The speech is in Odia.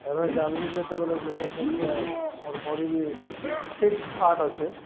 ଏବେ ଜାଲ୍ିନି ଯେତେବେଲେ ଯୋଗ କରୁ ଯେ ମୋର୍ ବଡ଼ି ବି ଫିଟ୍ ଫାଟ ଅଛେ